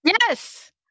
Yes